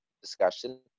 discussion